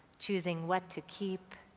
choosing what to keep,